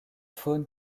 faune